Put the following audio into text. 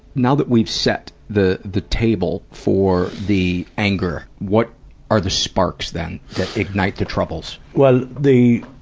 now that we've set the the table for the anger, what are the sparks then that ignite the troubles? well, the,